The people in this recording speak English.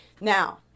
now